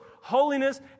holiness